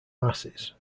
masses